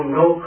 no